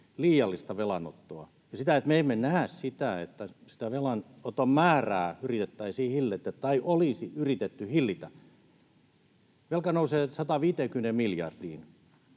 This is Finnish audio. liiallista velanottoa ja sitä, että me emme näe, että sitä velanoton määrää yritettäisiin hillitä tai olisi yritetty hillitä. Velka nousee 150 miljardiin.